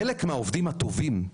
חלק מהעובדים הטובים,